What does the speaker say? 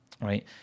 right